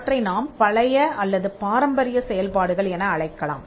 அவற்றை நாம் பழைய அல்லது பாரம்பரிய செயல்பாடுகள் என அழைக்கலாம்